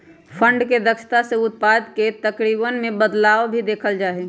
fund के दक्षता से उत्पाद के तरीकवन में बदलाव भी देखल जा हई